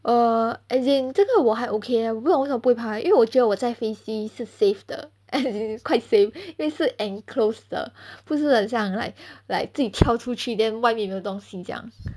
err as in 这个我还 okay leh 我不懂为什么不会怕因为我觉得我在飞机是 safe 的 as in quite safe 因为是 enclosed 的不是很像 like like 自己跳出去 then 外面没有东西这样